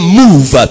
move